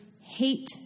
Hate